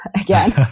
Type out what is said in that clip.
again